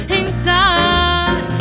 inside